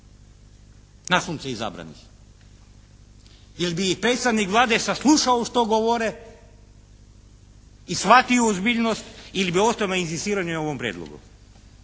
Nasumce izabranih. Jel bi ih predstavnik Vlade saslušao što govore i shvatio ozbiljnost ili bi ostao i inzistirao na ovom prijedlogu?